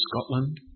Scotland